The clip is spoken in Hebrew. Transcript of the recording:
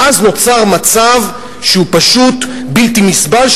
ואז נוצר מצב שהוא פשוט בלתי נסבל,